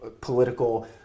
political